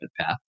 path